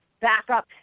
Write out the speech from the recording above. backup